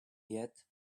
yet